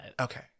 Okay